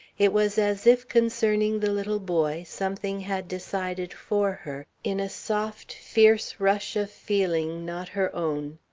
it was as if concerning the little boy, something had decided for her, in a soft, fierce rush of feeling not her own.